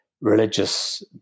religious